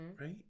right